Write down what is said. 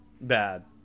bad